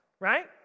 right